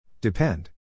Depend